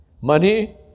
money